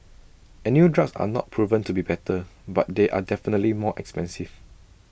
and new drugs are not proven to be better but they are definitely more expensive